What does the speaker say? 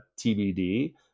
TBD